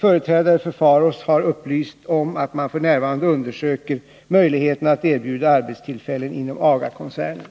Företrädare för Pharos har upplyst om att man f. n. undersöker möjligheterna att erbjuda arbetstillfällen inom AGA-koncernen.